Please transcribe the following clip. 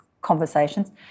conversations